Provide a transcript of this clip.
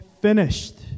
finished